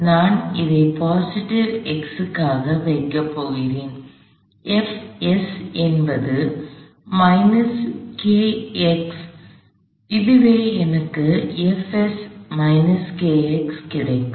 எனவே நான் இதை பாசிட்டிவ் x க்காக வைக்கப் போகிறேன் என்பது அதுவே எனக்கு கிடைக்கும்